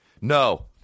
no